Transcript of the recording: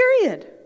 period